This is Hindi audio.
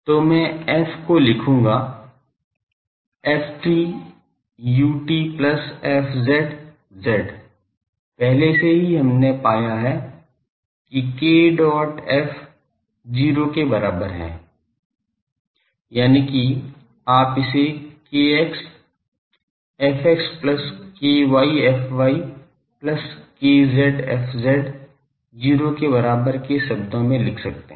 तो मैं f को लिखूंगा ft ut plus fz z पहले से ही हमने पाया है कि k dot f 0 के बराबर है यानिकि आप इसे kx fx plus ky fy plus kz fz 0 के बराबर के शब्दों में लिख सकते हैं